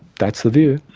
that's the view.